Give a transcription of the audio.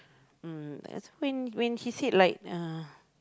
mm that's when when she said like uh